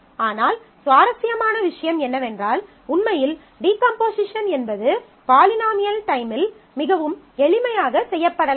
ஆனால் சுவாரஸ்யமான விஷயம் என்னவென்றால் உண்மையில் டீகம்போசிஷன் என்பது பாலிநாமியல் டைமில் மிகவும் எளிமையாக செய்யப்படலாம்